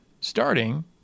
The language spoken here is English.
starting